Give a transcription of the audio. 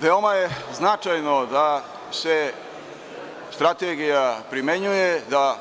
Veoma je značajno da se strategija primenjuje, da